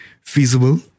feasible